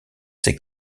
ses